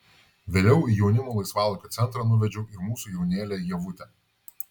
vėliau į jaunimo laisvalaikio centrą nuvedžiau ir mūsų jaunėlę ievutę